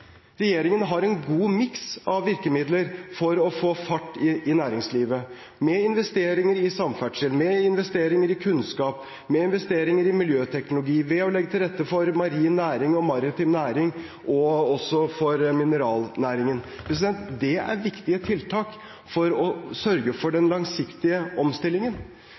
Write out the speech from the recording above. Regjeringen har en god miks av virkemidler for å få fart i næringslivet, med investeringer i samferdsel, med investeringer i kunnskap, med investeringer i miljøteknologi, ved å legge til rette for marin næring og maritim næring og også for mineralnæringen. Det er viktige tiltak for å sørge for den langsiktige omstillingen.